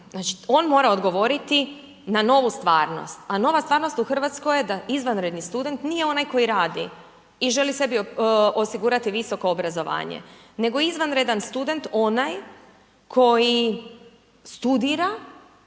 Znači on mora odgovoriti na novu stvarnost a nova stvarnost u Hrvatskoj je da izvanredni student nije onaj koji radi i želi sebi osigurati visoko obrazovanje nego izvanredan student onaj koji studira,